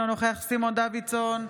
אינו נוכח סימון דוידסון,